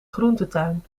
groentetuin